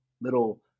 little